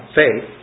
faith